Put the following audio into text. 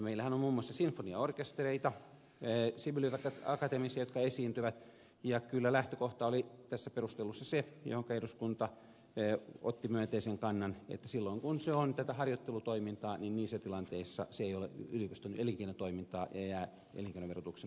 meillähän on muun muassa sinfoniaorkestereita sibelius akatemiassa jotka esiintyvät ja kyllä lähtökohta oli tässä perustelussa se johon eduskunta otti myönteisen kannan että silloin kun se on tätä harjoittelutoimintaa niissä tilanteissa se ei ole yliopiston elinkeinotoimintaa ja jää elinkeinoverotuksen ulkopuolelle